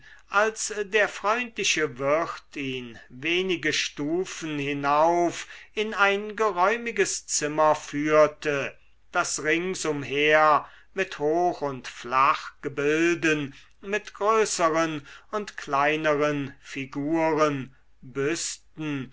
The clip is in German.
als der freundliche wirt ihn wenige stufen hinauf in ein geräumiges zimmer führte das ringsumher mit hoch und flachgebilden mit größeren und kleineren figuren büsten